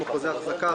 כמו חוזי אחזקה,